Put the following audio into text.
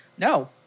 No